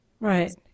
Right